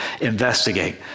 investigate